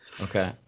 Okay